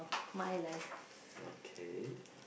okay